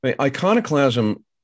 Iconoclasm